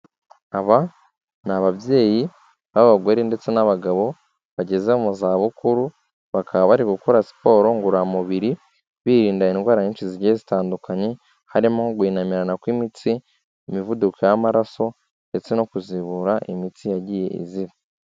Aba ni ababyeyi b'abagore ndetse n'abagabo bageze mu zabukuru, bakaba bari gukora siporo ngororamubiri birinda indwara nyinshi zigiye zitandukanye, harimo guhinamirana kw'imitsi, imivuduko y'amaraso ndetse no kuzibura imitsi yagiye iziba.